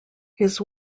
his